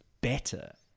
better